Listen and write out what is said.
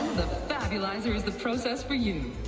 fabulous or the protest for you